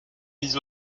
mis